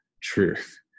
truth